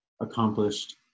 accomplished